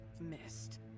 missed